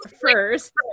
first